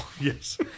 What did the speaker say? Yes